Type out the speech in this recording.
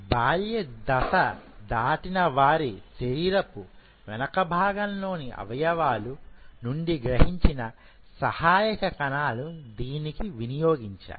బాల్య దశ దాటిన వారి శరీరపు వెనుకభాగంలోని అవయవాల నుండి గ్రహించిన సహాయక కణాలు దీనికి వినియోగించాలి